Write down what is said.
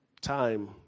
Time